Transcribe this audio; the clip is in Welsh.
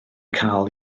cael